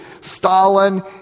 Stalin